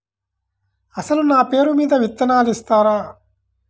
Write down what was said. అసలు నా పేరు మీద విత్తనాలు ఇస్తారా?